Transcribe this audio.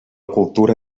cultura